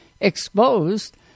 exposed